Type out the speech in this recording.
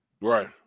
right